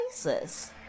places